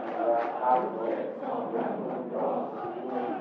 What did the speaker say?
ꯂꯩꯕ ꯑꯁꯥꯕꯗꯣ ꯊꯥꯡꯗꯣꯛ ꯊꯥꯡꯖꯤꯟ ꯊꯧꯕꯗ ꯁꯤꯖꯤꯟꯅꯩ